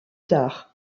tard